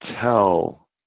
tell